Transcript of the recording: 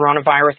coronavirus